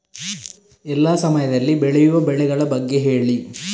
ಎಲ್ಲಾ ಸಮಯದಲ್ಲಿ ಬೆಳೆಯುವ ಬೆಳೆಗಳ ಬಗ್ಗೆ ಹೇಳಿ